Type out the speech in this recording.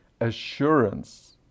assurance